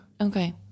Okay